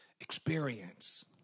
experience